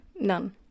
None